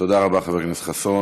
תודה רבה, חבר הכנסת חסון.